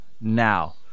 now